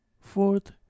fourth